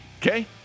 Okay